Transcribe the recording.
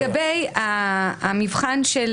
לגבי המבחן של